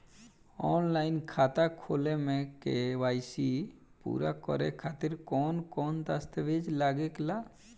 Online खाता खोले में के.वाइ.सी पूरा करे खातिर कवन कवन दस्तावेज लागे ला?